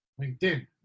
LinkedIn